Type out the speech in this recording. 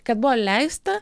kad buvo leista